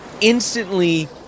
Instantly